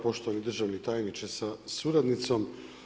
Poštovani državni tajniče sa suradnicom.